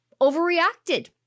overreacted